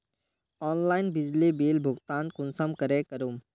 Online बिजली bill भुगतान कुंसम करे करूम?